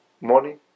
money